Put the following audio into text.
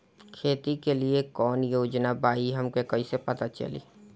खेती के लिए कौने योजना बा ई हमके कईसे पता चली?